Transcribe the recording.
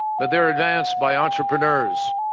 but they're advanced by entrepreneurs,